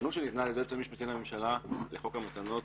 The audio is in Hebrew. הפרשנות שניתנה על ידי היועץ המשפטי לממשלה לחוק המתנות